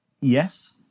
Yes